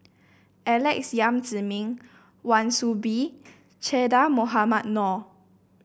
Alex Yam Ziming Wan Soon Bee Che Dah Mohamed Noor